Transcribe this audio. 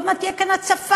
שעוד מעט תהיה כאן הצפה,